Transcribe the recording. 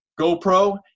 GoPro